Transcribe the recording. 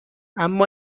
اما